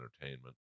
Entertainment